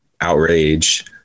outrage